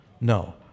No